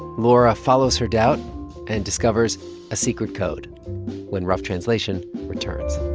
laura follows her doubt and discovers a secret code when rough translation returns